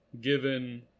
given